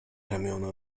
ramiona